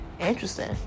Interesting